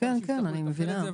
אני מבינה.